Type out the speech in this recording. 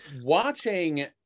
Watching